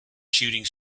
shooting